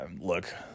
look